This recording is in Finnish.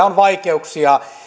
on vaikeuksia